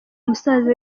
musaza